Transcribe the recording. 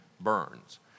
burns